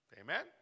Amen